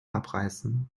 abreißen